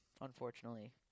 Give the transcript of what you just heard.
unfortunately –